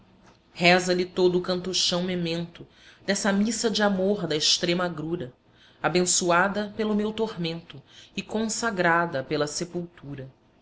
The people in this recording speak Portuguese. dos sepulcros reza lhe todo o cantochão memento dessa missa de amor da extrema agrura abençoada pelo meu tormento e consagrada pela sepultura